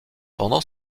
pendant